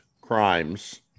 crimes